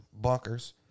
bonkers